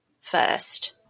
first